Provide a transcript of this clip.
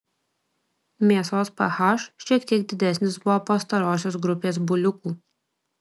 mėsos ph šiek tiek didesnis buvo pastarosios grupės buliukų